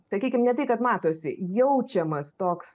sakykim ne tai kad matosi jaučiamas toks